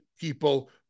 people